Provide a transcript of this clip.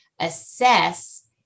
assess